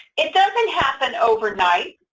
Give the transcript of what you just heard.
it doesn't happen overnight,